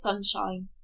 sunshine